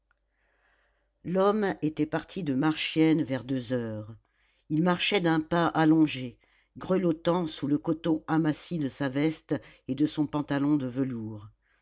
l'homme était parti de marchiennes vers deux heures il marchait d'un pas allongé grelottant sous le coton aminci de sa veste et de son pantalon de velours